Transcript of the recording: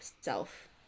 self